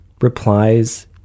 replies